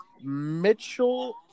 Mitchell